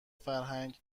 فرهنگ